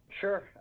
Sure